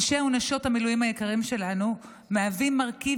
אנשי ונשות המילואים היקרים שלנו מהווים מרכיב